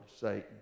Satan